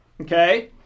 Okay